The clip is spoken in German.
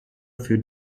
für